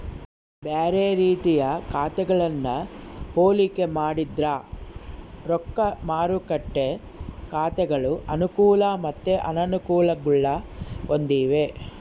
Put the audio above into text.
ಬ್ಯಾರೆ ರೀತಿಯ ಖಾತೆಗಳನ್ನ ಹೋಲಿಕೆ ಮಾಡಿದ್ರ ರೊಕ್ದ ಮಾರುಕಟ್ಟೆ ಖಾತೆಗಳು ಅನುಕೂಲ ಮತ್ತೆ ಅನಾನುಕೂಲಗುಳ್ನ ಹೊಂದಿವ